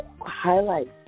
highlights